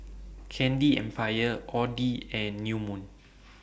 Candy Empire Audi and New Moon